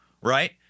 right